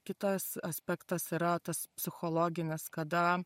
kitas aspektas yra tas psichologinis kada